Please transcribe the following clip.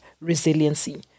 resiliency